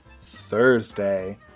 thursday